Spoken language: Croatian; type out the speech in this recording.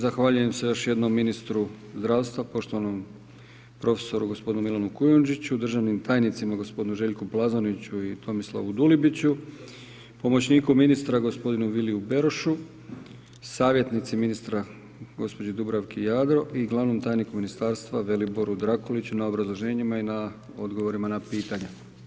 Zahvaljujem se još jednom ministru zdravstva poštovanom profesoru gospodinu Milanu Kujundžiću, državnim tajnicima gospodinu Željku Plazoniću i Tomislavu Dulibiću, pomoćniku ministra gospodinu Viliju Berušu, savjetnici ministra gospođi Dubravki Jadro i glavnom tajniku Ministarstva Veliboru Drakuliću na obrazloženjima i na odgovorima na pitanja.